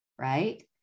right